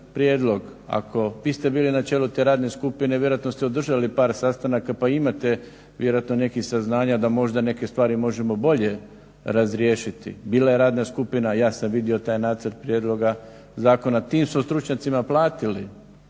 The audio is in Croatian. prijedlog. Vi ste bili na čelu te radne skupine, vjerojatno ste održali par sastanaka pa imate vjerojatno nekih saznanja da možda neke stvari možemo bolje razriješiti. Bila je radna skupina, ja sam vidio taj nacrt prijedloga zakona. Tim su stručnjacima platili,